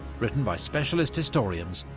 written by specialist historians,